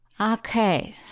Okay